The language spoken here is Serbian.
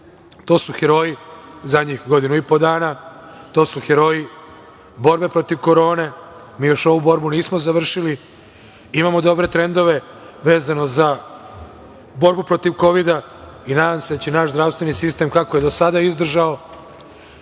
To su heroji zadnjih godinu i po dana. To su heroji borbe protiv korone. Mi još ovu borbu nismo završili. Imamo dobre trendove vezano za borbu protiv kovida i nadam se da će nas zdravstveni sistem, kako je do sada izdržao